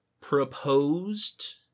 proposed